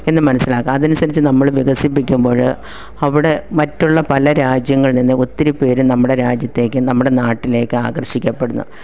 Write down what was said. എന്ന് മനസിലാക്കുക അത് അനുസരിച്ച് നമ്മൾ വികസിപ്പിക്കുമ്പോൾ അവിടെ മറ്റുള്ള പല രാജ്യങ്ങളിൽ നിന്ന് ഒത്തിരി പേര് നമ്മുടെ രാജ്യത്തേക്ക് നമ്മുടെ നാട്ടിലേക്ക് ആകർഷിക്കപ്പെടുന്നു